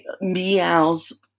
meows